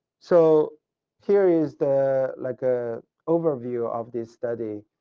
so here is the like ah overview of this study.